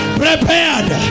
prepared